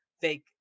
fake